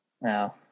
no